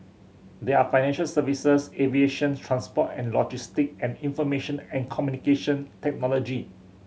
they are financial services aviation transport and logistics and information and Communication Technology